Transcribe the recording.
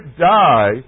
die